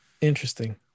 Interesting